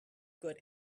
good